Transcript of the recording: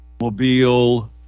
Mobile